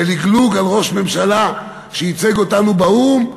בלגלוג על ראש ממשלה שייצג אותנו באו"ם,